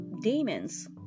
demons